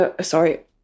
sorry